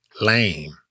lame